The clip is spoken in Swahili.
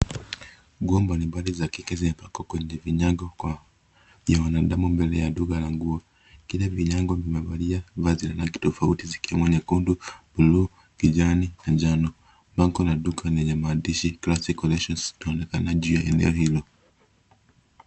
Nguo mbalimbali za kike zimepangwa kwenye vinyago kwa wanadamu mbele ya duka la nguo. Kila vinyago vimevalia vazi lake tofauti zikiwemo nyekundu, buluu, kijani na njano. Bango la duka lenye maandishi classy collections ikionekana juu ya eneo hilo.